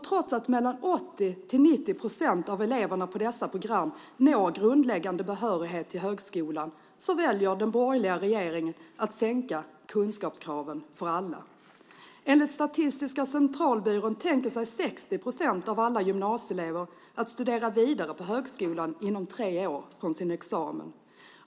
Trots att 80-90 procent av eleverna på dessa program når grundläggande behörighet till högskolan, väljer den borgerliga regeringen att sänka kunskapskraven för alla. Enligt Statistiska centralbyrån tänker sig 60 procent av alla gymnasieelever att studera vidare på högskolan inom tre år efter sin examen.